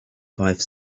five